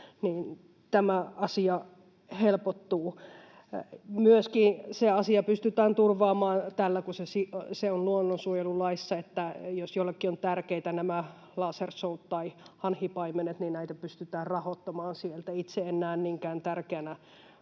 tämä asia helpottuu. Myöskin se asia pystytään turvaamaan tällä, kun se on luonnonsuojelulaissa, että jos jollekin ovat tärkeitä nämä lasershow’t tai hanhipaimenet, niin näitä pystytään rahoittamaan sieltä. Itse en näe niinkään tärkeänä